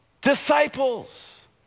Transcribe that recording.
disciples